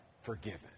forgiven